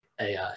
AI